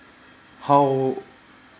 how